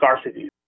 scarcity